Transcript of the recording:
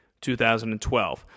2012